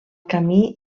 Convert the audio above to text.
camí